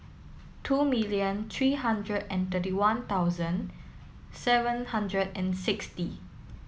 two million three hundred and thirty one thousand seven hundred and sixty